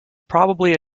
probably